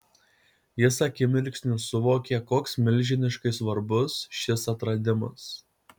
jis akimirksniu suvokė koks milžiniškai svarbus šis atradimas